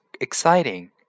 exciting